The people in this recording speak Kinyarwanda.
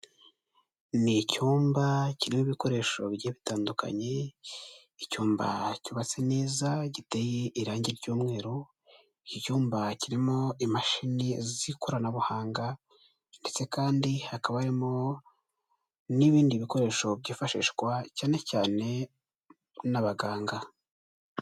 Ni icyumba kirimo ibikoresho bigiye bitandukanye icyumba cyubatse neza giteye irangi ry'umweru iki cyumba kirimo imashini z'ikoranabuhanga ndetse kandi hakaba harimo n'ibindi bikoresho byifashishwa cyane cyane n'abaganga.